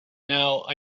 now